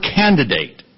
candidate